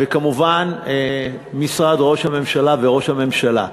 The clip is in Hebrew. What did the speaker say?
וכמובן משרד ראש הממשלה וראש הממשלה.